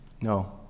No